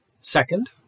Second